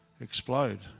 explode